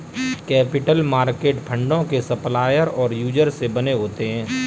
capital market फंडों के supplier और यूजर से बने होते हैं